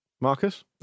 Marcus